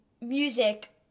music